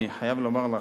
אני חייב לומר לך,